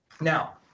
Now